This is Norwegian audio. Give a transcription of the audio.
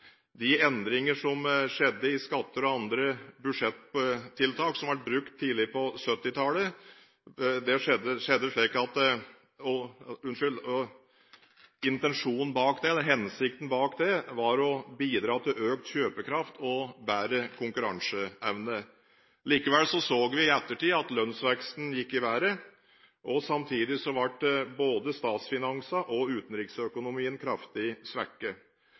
de endringer som skjedde når det gjelder skatter og andre budsjettiltak, som ble brukt tidlig på 1970-tallet, var å bidra til økt kjøpekraft og bedre konkurranseevne. Likevel så vi i ettertid at lønnsveksten gikk i været, og samtidig ble både statsfinanser og utenriksøkonomien kraftig svekket.